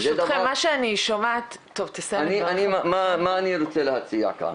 מה אני רוצה להציע כאן,